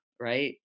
right